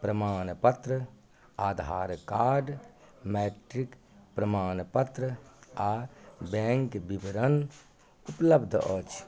प्रमाणपत्र Aadhaar card matric प्रमाणपत्र आ बैंक बिबरण उपलब्ध अछि